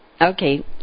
Okay